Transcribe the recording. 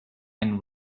and